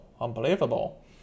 Unbelievable